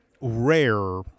rare